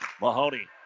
Mahoney